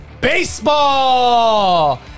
baseball